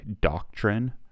doctrine